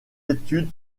études